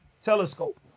Telescope